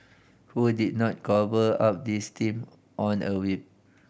who did not cobble up this team on a whim